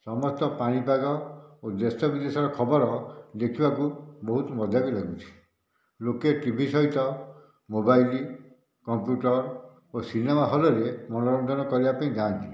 ସମସ୍ତ ପାଣିପାଗ ଓ ଦେଶ ବିଦେଶର ଖବର ଦେଖିବାକୁ ବହୁତ ମଜା ବି ଲାଗୁଛି ଲୋକେ ଟି ଭି ସହିତ ମୋବାଇଲ୍ କମ୍ପୁଟର୍ ଓ ସିନେମା ହଲ୍ରେ ମନୋରଞ୍ଜନ କରିବା ପାଇଁ ଯାଆନ୍ତି